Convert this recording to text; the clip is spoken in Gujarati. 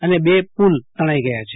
અને બે પૂલ તણાઈ ગયા છે